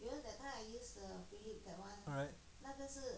right